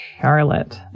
Charlotte